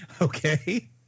Okay